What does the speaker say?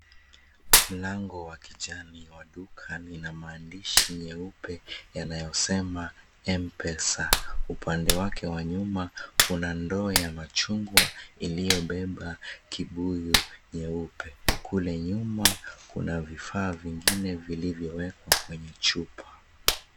Mlango wa kijani wa duka lina maandishi meupe yanayosema, "Mpesa". Upande wake wa nyuma, kuna ndoo ya machungwa iliyobeba kibuyu nyeupe. Kule nyuma kuna vifaa vingine vilivyowekwa kwenye chupa.